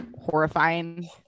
horrifying